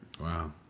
Wow